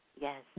Yes